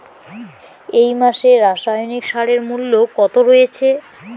এই মাসে রাসায়নিক সারের মূল্য কত রয়েছে?